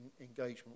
engagement